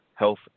Health